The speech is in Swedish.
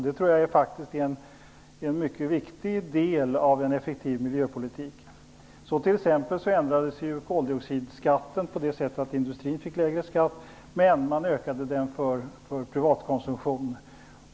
Det tror jag faktiskt är en mycket viktig del av en effektiv miljöpolitik. Kolodioxidskatten ändrades t.ex. på så sätt att industrin fick lägre skatt medan skatten ökade för privatkonsumtion.